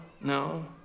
no